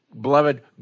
Beloved